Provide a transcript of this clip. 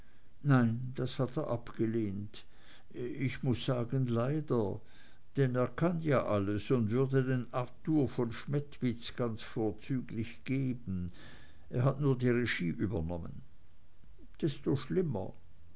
nein das hat er abgelehnt ich muß sagen leider denn er kann ja alles und würde den arthur von schmettwitz ganz vorzüglich geben er hat nur die regie übernommen desto schlimmer